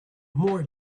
more